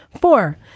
Four